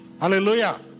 Hallelujah